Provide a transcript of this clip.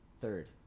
third